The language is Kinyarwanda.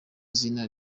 zina